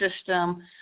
system